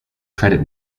credit